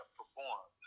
perform